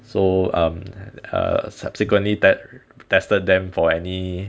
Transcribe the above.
so um uh subsequently test tested them for any